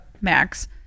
Max